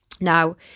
Now